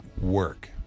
work